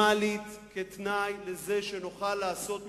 חינוך כתנאי לזה שנוכל לעשות מפנה,